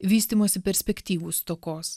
vystymosi perspektyvų stokos